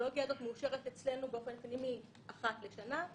המתודולוגיה הזאת מאושרת אצלנו באופן פנימי אחת לשנה,